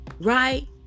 right